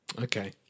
Okay